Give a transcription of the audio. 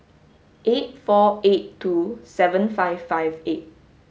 eight four eight two seven five five eight